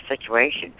situation